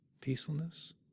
peacefulness